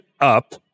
up